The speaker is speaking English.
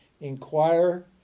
inquire